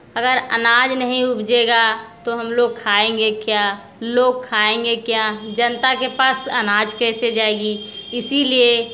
अगर अनाज नहीं उपजेगा तो हम लोग खाएंगे क्या लोग खाएंगे क्या जनता के पास अनाज कैसे जाएगा इसलिए किसान